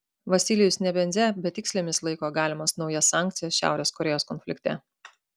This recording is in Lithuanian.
vasilijus nebenzia betikslėmis laiko galimas naujas sankcijas šiaurės korėjos konflikte